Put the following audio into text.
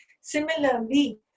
Similarly